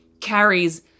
Carrie's